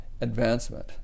advancement